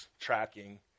tracking